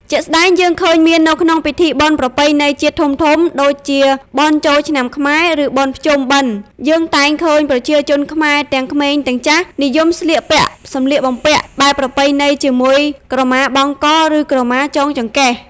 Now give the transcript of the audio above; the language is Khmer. ជាក់ស្តែងយើងឃើញមាននៅក្នុងពិធីបុណ្យប្រពៃណីជាតិធំៗ ដូចជាបុណ្យចូលឆ្នាំខ្មែរ ឬបុណ្យភ្ជុំបិណ្ឌ យើងតែងឃើញប្រជាជនខ្មែរទាំងក្មេងទាំងចាស់ និយមស្លៀកពាក់សម្លៀកបំពាក់បែបប្រពៃណីជាមួយក្រមាបង់ក ឬក្រមាចងចង្កេះ។